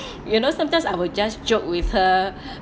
you know sometimes I will just joke with her